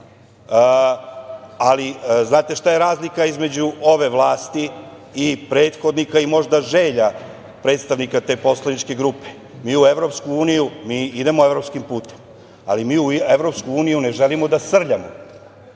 Ali, znate šta je razlika između ove vlasti i prethodnika i možda želja predstavnika te poslaničke grupe? Mi idemo evropskim putem, ali mi u EU ne želimo da srljamo,